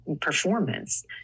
performance